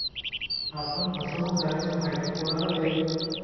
आपण फसवणुक झाल्याची माहिती कोणाला द्यावी?